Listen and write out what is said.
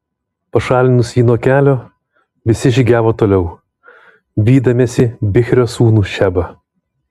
pašalinus jį nuo kelio visi žygiavo toliau vydamiesi bichrio sūnų šebą